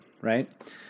right